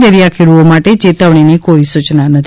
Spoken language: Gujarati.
દરિયાખેડૂઓ માટે ચેતવણીની કોઈ સૂચના નથી